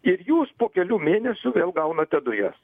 ir jūs po kelių mėnesių vėl gaunate dujas